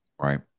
Right